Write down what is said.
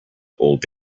old